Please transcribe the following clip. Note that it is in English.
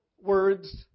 words